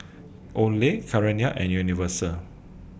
Olay Carrera and Universal